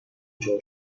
دچار